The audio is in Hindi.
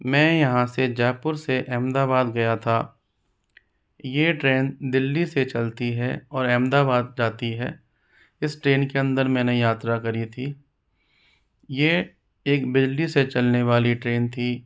मैं यहाँ से जयपुर से अहमदाबाद गया था ये ट्रेन दिल्ली से चलती है और अहमदाबाद जाती है इस ट्रेन के अंदर मैंने यात्रा करी थी ये एक बिजली से चलने वाली ट्रेन थी